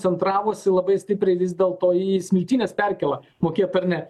koncentravosi labai stipriai vis dėlto į smiltynės perkėla mokėt ar ne